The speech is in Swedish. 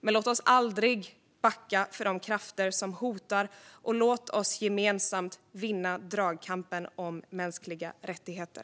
Men låt oss aldrig backa för de krafter som hotar, och låt oss gemensamt vinna dragkampen om mänskliga rättigheter!